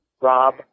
Rob